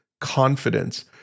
confidence